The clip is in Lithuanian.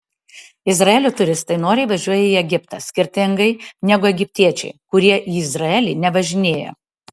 izraelio turistai noriai važiuoja į egiptą skirtingai negu egiptiečiai kurie į izraelį nevažinėja